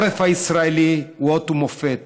העורף הישראלי הוא אות ומופת,